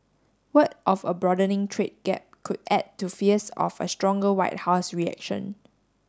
word of a broadening trade gap could add to fears of a stronger White House reaction